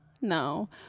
no